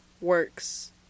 works